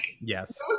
yes